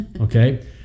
okay